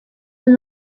will